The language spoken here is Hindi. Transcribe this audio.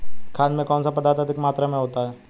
खाद में कौन सा पदार्थ अधिक मात्रा में होता है?